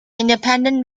independent